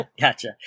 Gotcha